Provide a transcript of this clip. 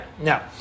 Now